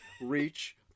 reach